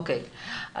אוקיי,